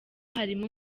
harimo